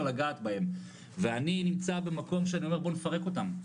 לגעת בהם ואני נמצא במקום שאני אומר בוא נפרק אותם,